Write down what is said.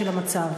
של המצב,